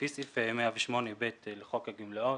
לפי סעיף 108ב לחוק הגמלאות,